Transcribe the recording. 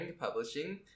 publishing